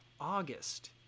August